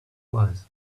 was